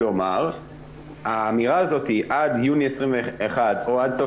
כלומר האמירה הזאת עד יוני 2021 או עד סוף